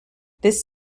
this